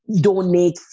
donate